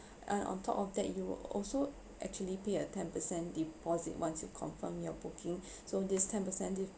uh on top of that you were also actually pay a ten percent deposit once you confirmed your booking so this ten percent